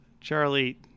Charlie